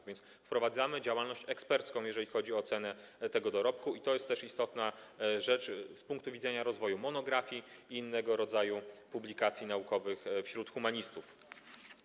A więc wprowadzamy działalność ekspercką, jeżeli chodzi o ocenę tego dorobku, i to jest też istotna rzecz z punktu widzenia rozwoju monografii i innego rodzaju publikacji naukowych wśród humanistów.